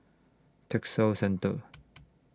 Textile Centre